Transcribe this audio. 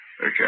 Okay